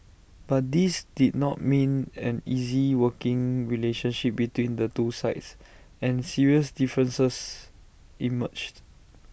but this did not mean an easy working relationship between the two sides and serious differences emerged